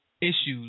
issues